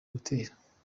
gutera